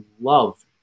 love